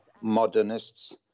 modernists